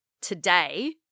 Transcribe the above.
today